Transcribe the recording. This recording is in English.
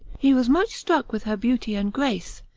he was much struck with her beauty and grace,